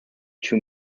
too